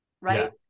right